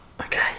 Okay